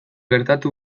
gertatu